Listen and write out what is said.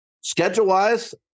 Schedule-wise